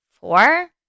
four